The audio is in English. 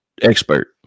expert